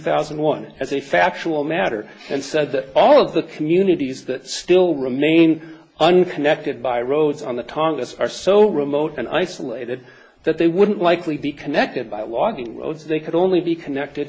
thousand and one as a factual matter and said that all of the communities that still remain unconnected by roads on the targets are so remote and isolated that they wouldn't likely be connected by logging they could only be connected